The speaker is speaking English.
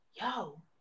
yo